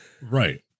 Right